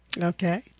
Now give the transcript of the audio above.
Okay